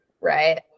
right